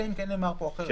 אלא אם כן נאמר פה אחרת.